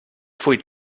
pfui